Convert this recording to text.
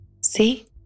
See